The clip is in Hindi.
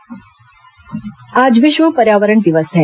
विश्व पर्यावरण दिवस आज विश्व पर्यावरण दिवस है